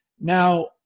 Now